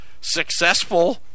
successful